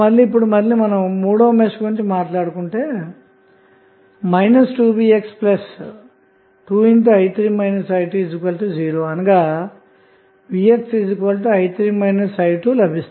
ఇప్పుడు మూడవ మెష్ గురించి మాట్లాడుకుంటే 2vx2i3 i20⇒vxi3 i2 లభిస్తుంది